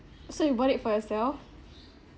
so you bought it for yourself